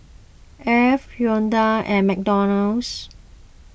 Alf Hyundai and McDonald's